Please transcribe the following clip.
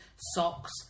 Socks